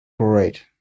Great